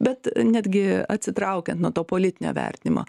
bet netgi atsitraukian nuo to politinio vertinimo